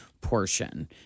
portion